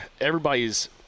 everybody's